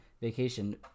vacation